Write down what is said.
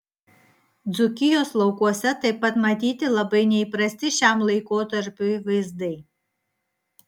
dzūkijos laukuose taip pat matyti labai neįprasti šiam laikotarpiui vaizdai